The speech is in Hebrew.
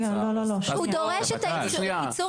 הוא דורש את אישור